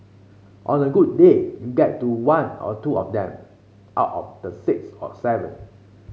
on a good day you get to one or two of them out of the six or seven